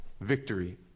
victory